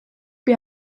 bir